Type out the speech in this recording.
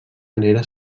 venera